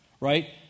right